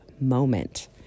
moment